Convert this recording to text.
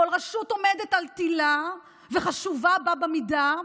כל רשות עומדת על תילה וחשובה בה במידה,